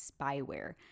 spyware